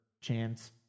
chance